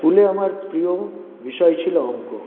স্কুলে আমার প্রিয় বিষয় ছিলো অঙ্ক